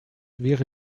wäre